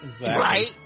right